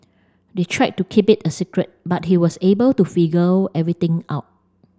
they tried to keep it a secret but he was able to figure everything out